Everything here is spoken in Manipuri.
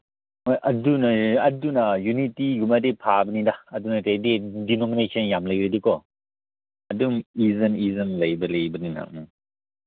ꯍꯣꯏ ꯑꯗꯨꯅ ꯑꯗꯨꯅ ꯌꯨꯅꯤꯇꯤꯒꯨꯝꯕꯗꯤ ꯐꯥꯕꯅꯤꯗ ꯑꯗꯨ ꯅꯠꯇ꯭ꯔꯗꯤ ꯗꯤꯅꯣꯃꯤꯅꯦꯁꯟ ꯌꯥꯝ ꯂꯩꯔꯗꯤꯀꯣ ꯑꯗꯨꯝ ꯂꯩꯕ ꯂꯩꯕꯅꯤꯅ ꯎꯝ